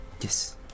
Yes